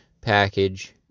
package